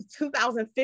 2015